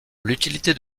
l’utilité